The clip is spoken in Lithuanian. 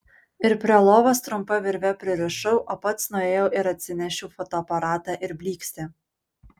ir prie lovos trumpa virve pririšau o pats nuėjau ir atsinešiau fotoaparatą ir blykstę